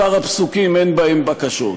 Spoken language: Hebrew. שאר הפסוקים אין בהם בקשות.